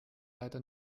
leider